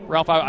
Ralph